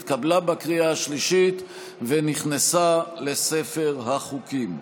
התקבלה בקריאה שלישית ונכנסה לספר החוקים.